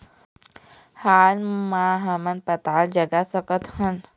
हाल मा हमन पताल जगा सकतहन?